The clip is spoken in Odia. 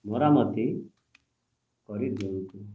ମରାମତି କରିଦିଅନ୍ତୁ